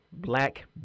black